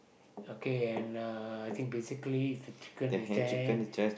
okay and uh I think basically a chicken is there